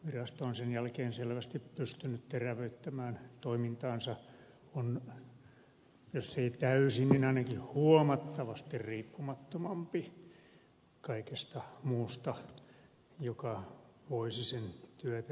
virasto on sen jälkeen selvästi pystynyt terävöittämään toimintaansa on jos ei täysin niin ainakin huomattavasti riippumattomampi kaikesta muusta joka voisi sen työtä jotenkin kahlita